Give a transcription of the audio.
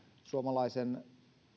suomalaisen